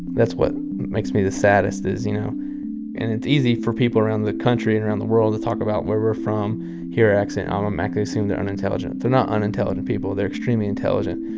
that's what makes me the saddest is, you know and it's easy for people around the country and around the world to talk about where we're from here and um automatically assume they're unintelligent. they're not unintelligent people. they're extremely intelligent.